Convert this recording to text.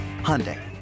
Hyundai